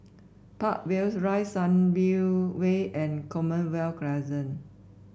Park Villas Rise Sunview Way and Commonwealth Crescent